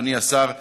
אדוני השר,